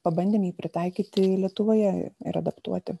pabandėm jį pritaikyti lietuvoje ir adaptuoti